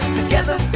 together